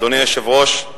אדוני היושב-ראש,